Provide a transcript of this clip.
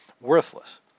worthless